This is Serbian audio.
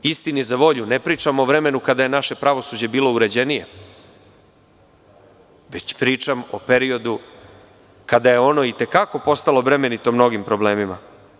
Istini za volju, ne pričam o vremenu kada je naše pravosuđe bilo uređenije, već pričam o periodu kada je ono i te kako postalo bremenito mnogim problemima.